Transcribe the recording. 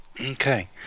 okay